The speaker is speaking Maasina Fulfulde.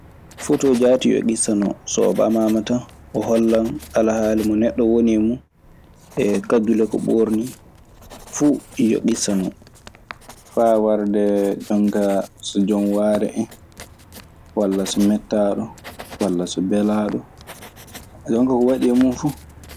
Foto jaati yo ŋissa non. So o ɓamaama tan o hollan alhaali mo neɗɗo woni e mun e kaddule ko ɓoornii. Fuu ɗun yo ŋissa non. Faa warde jon kaa so jon waare en walla so mettaaɗo walaa so belaaɗo. Jon kaa ko waɗi e mun fuu.